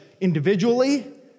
individually